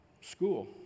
school